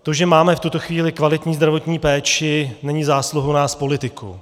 To, že máme v tuto chvíli kvalitní zdravotní péči není zásluhou nás politiků.